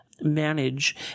manage